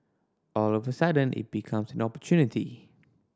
all of a sudden it becomes an opportunity